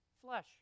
Flesh